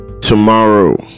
tomorrow